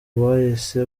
bahise